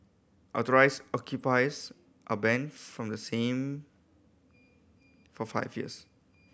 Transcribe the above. authorised occupiers are banned from the same for five years